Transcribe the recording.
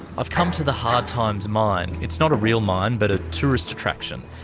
i've come to the hard times mine. it's not a real mine but a tourist attraction.